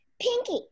Pinky